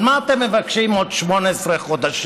על מה אתם מבקשים עוד 18 חודשים,